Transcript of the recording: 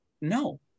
No